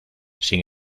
sin